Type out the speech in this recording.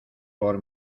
por